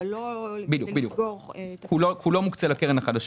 בדיוק, כולו מוקצה לקרן החדשה.